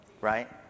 right